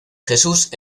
jesús